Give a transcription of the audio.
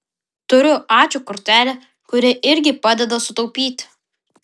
turiu ačiū kortelę kuri irgi padeda sutaupyti